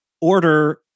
order